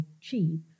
cheap